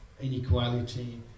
inequality